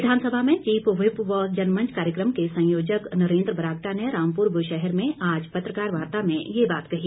विधानसभा में chief whip व जनमंच कार्यक्रम के संयोजक नरेंद्र बरागटा ने रामपुर बुशहर में आज पत्रकार वार्ता में ये बात कही